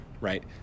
Right